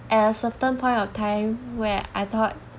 at a certain point of time where I thought